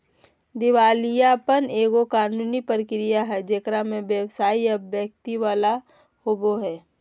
दिवालियापन एगो कानूनी प्रक्रिया हइ जेकरा में व्यवसाय या व्यक्ति शामिल होवो हइ